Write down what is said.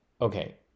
Okay